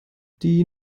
die